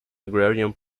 agrarian